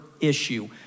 issue